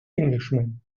englishman